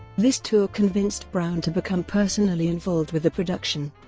this tour convinced brown to become personally involved with the production.